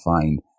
find